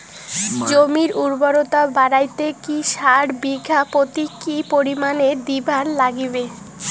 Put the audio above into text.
জমির উর্বরতা বাড়াইতে কি সার বিঘা প্রতি কি পরিমাণে দিবার লাগবে?